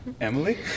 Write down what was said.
Emily